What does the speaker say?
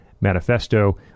Manifesto